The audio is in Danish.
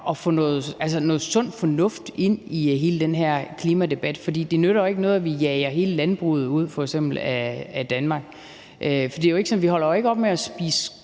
at få noget sund fornuft ind i hele den her klimadebat, for det nytter jo ikke noget, at vi f.eks. jager hele landbruget ud af Danmark. Vi holder jo ikke op med at spise